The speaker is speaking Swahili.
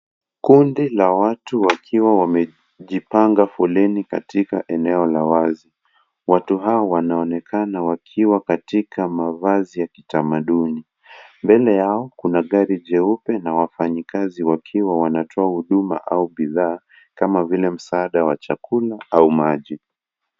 Kundi la watu wakiwa wamejipanga foleni katika eneo la wazi. Watu hawa wanaonekana wakiwa katika mavazi ya kitamaduni, mbele yao kuna gari jeupe na wafanyikazi wakiwa wanatoa huduma au bidhaa kama vile msaada wa chakula au maji.